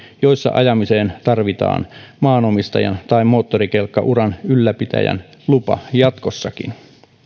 joissa ajamiseen tarvitaan maanomistajan tai moottorikelkkauran ylläpitäjän lupa jatkossakin